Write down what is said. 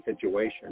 situation